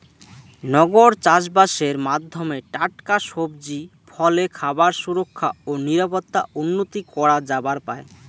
নগর চাষবাসের মাধ্যমে টাটকা সবজি, ফলে খাবার সুরক্ষা ও নিরাপত্তা উন্নতি করা যাবার পায়